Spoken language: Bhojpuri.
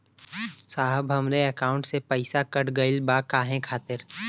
साहब हमरे एकाउंट से पैसाकट गईल बा काहे खातिर?